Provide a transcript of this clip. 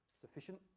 sufficient